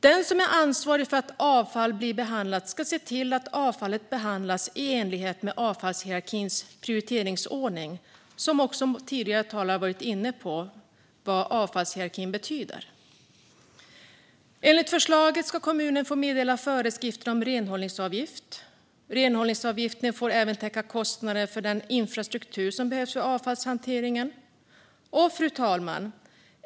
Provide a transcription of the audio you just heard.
Den som är ansvarig för att avfall blir behandlat ska se till att avfallet behandlas i enlighet med avfallshierarkins prioriteringsordning, som också tidigare talare har varit inne på. Enligt förslaget ska kommunen få meddela föreskrifter om renhållningsavgift. Renhållningsavgiften får även täcka kostnader för den infrastruktur som behövs för avfallshantering. Fru talman!